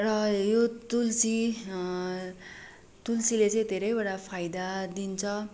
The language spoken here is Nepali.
र यो तुलसी तुलसीले चाहिँ धेरैवटा फाइदा दिन्छ